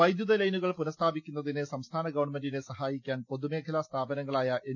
വൈദ്യുത ലൈനുകൾ പുനസ്ഥാപിക്കുന്നതിന് സംസ്ഥാനഗവൺമെന്റിനെ സഹായിക്കാൻ പൊതുമേഖലാ സ്ഥാപനങ്ങളായ എൻ